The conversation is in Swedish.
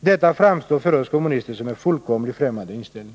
Detta framstår för oss kommunister som en fullständigt främmande inställning.